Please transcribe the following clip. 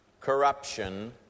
corruption